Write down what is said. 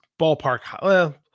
ballpark